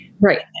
Right